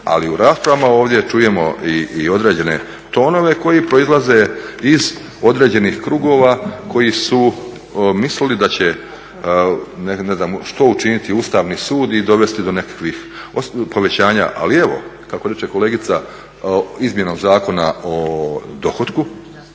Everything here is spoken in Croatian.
Ali u raspravama ovdje čujemo i određene tonove koji proizlaze iz određenih krugova koji su mislili da će, ne znam, što učiniti Ustavni sud i dovesti do nekakvih povećanja, ali evo, kako reče kolegice izmjenom Zakona o dohotku